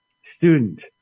student